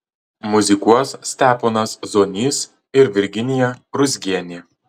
muzikuos steponas zonys ir virginija ruzgienė